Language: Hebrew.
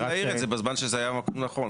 חבל אבל יכולתם להעיר את זה בזמן שהיה המקום הנכון,